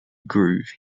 groove